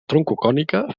troncocònica